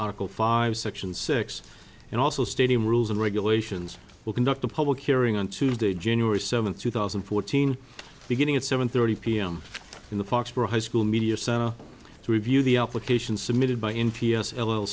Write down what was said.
article five section six and also stadium rules and regulations will conduct a public hearing on tuesday january seventh two thousand and fourteen beginning at seven thirty p m in the foxboro high school media center to review the application submitted by n p s